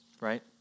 right